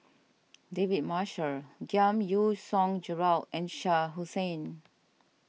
David Marshall Giam Yean Song Gerald and Shah Hussain